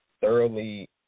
thoroughly